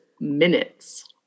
minutes